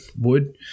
wood